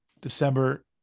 December